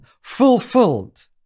Fulfilled